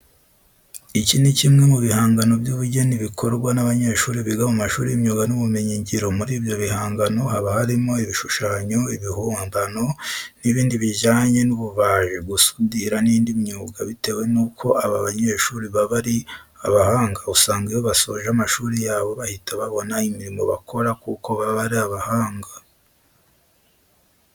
Iki ni kimwe mu bihangano by'ubugeni bikorwa n'abanyeshuri biga mu mashuri y'imyuga n'ibumenyingiro. Muri ibyo bihangano haba harimo ibishushanyo, ibibumbano n'ibindi bijyanye n'ububaji, gusudira n'indi myuga. Bitewe nuko aba banyeshuri baba ari abahanga usanga iyo basoje amashuri yabo bahita babona imirimo bakora kuko baba ari abahanga.